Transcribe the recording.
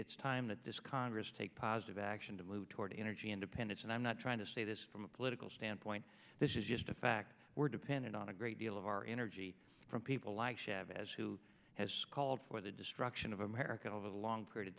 it's time that this congress take positive action to move toward energy independence and i'm not trying to say this from a political standpoint this is just a fact we're dependent on a great deal of our energy from people like chavez who has called for the destruction of america over the long period of